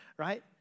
right